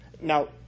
Now